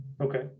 Okay